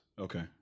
Okay